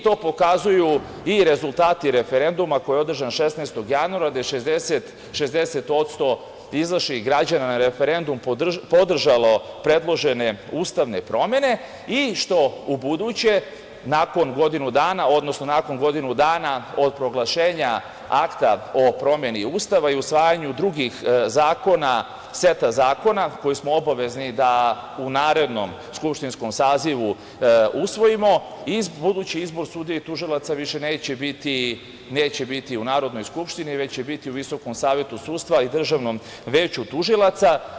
To pokazuju i rezultati referenduma koji je održan 16. januara, gde je 60% izašlih građana na referendum podržalo predložene ustavne promene i što ubuduće, nakon godinu dana, odnosno nakon godinu dana od proglašenja akta o promeni Ustava i usvajanju drugih zakona, seta zakona, koje smo obavezni da u narednom skupštinskom sazivu usvojimo, budući izbor sudija i tužilaca više neće biti u Narodnoj skupštini, već će biti u VSS i DVT.